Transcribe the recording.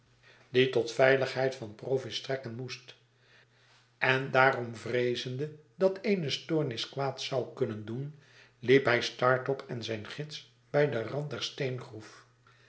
die tot veiligheid van provis strekken moest en daarom vreezende dat eene stoornis kwaad zou kunnen doen liet hij startop en zijn gids bij den rand